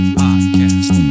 podcast